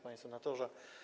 Panie Senatorze!